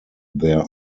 their